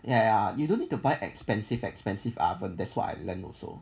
ya ya you don't need to buy expensive expensive oven and that's what I learned also